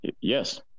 Yes